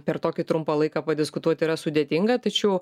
per tokį trumpą laiką padiskutuot yra sudėtinga tačiau